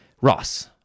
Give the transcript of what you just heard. Ross